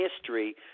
history